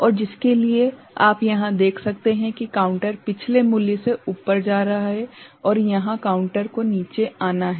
और इसके लिए आप यहाँ देख सकते हैं कि काउंटर पिछले मूल्य से ऊपर जा रहा है और यहाँ काउंटर को नीचे आना है